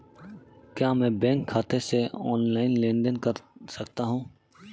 क्या मैं बैंक खाते से ऑनलाइन लेनदेन कर सकता हूं?